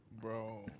Bro